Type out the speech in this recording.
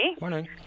Morning